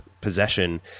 possession